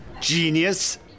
Genius